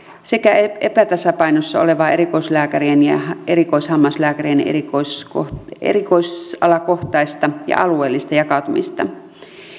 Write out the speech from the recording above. sekä epätasapainossa olevaa erikoislääkärien ja erikoishammaslääkärien erikoisalakohtaista erikoisalakohtaista ja alueellista jakautumista